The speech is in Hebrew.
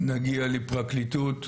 נגיע לפרקליטות,